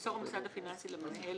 ימסור המוסד הפיננסי למנהל